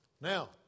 Now